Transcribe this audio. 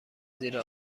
زیر